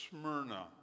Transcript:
Smyrna